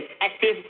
active